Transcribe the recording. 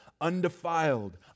undefiled